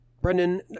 Brendan